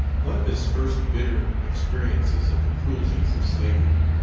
one of his first bitter experiences of the cruelties of slavery,